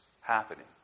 happening